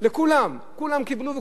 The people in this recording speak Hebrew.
כולם קיבלו ואף אחד לא התנגד,